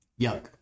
yuck